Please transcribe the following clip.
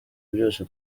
byose